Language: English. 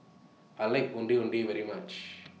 I like Ondeh Ondeh very much